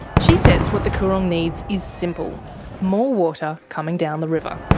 she says what the coorong needs is simple more water coming down the river.